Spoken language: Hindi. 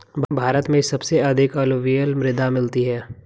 भारत में सबसे अधिक अलूवियल मृदा मिलती है